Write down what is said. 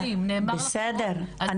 בסדר.